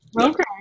Okay